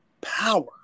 power